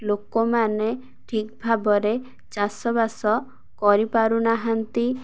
ଲୋକମାନେ ଠିକ ଭାବରେ ଚାଷବାସ କରିପାରୁନାହାନ୍ତି